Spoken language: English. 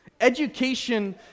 Education